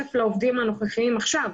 כסף לעובדים הנוכחיים עכשיו,